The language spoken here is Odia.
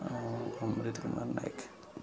ଅମ୍ରିତ୍ କୁମାର ନାୟକ